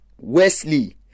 Wesley